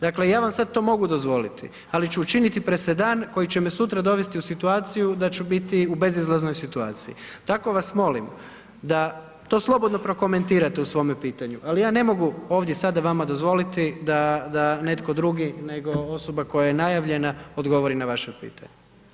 Dakle, ja vam sada to mogu dozvoliti, ali ću učiniti presedan koji će me sutra dovesti u situaciju da ću biti u bezizlaznoj situaciji, tako vas molim da to slobodno prokomentirate u svome pitanju, ali ja ne mogu ovdje sada vama dozvoliti da netko drugi nego osoba koja je najavljena odgovori na vaše pitanje.